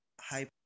high